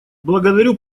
благодарю